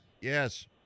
Yes